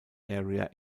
area